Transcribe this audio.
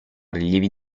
rilievi